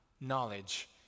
knowledge